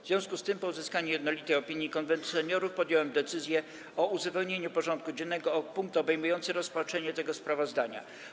W związku z tym, po uzyskaniu jednolitej opinii Konwentu Seniorów, podjąłem decyzję o uzupełnieniu porządku dziennego o punkt obejmujący rozpatrzenie tego sprawozdania.